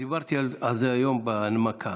דיברתי על זה היום בהנמקה.